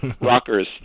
rockers